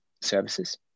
services